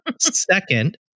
Second